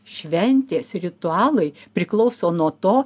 šventės ritualai priklauso nuo to